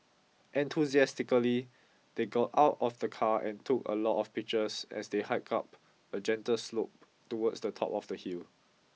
enthusiastically they got out of the car and took a lot of pictures as they hike up a gentle slope towards the top of the hill